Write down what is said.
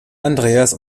andreas